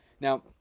Now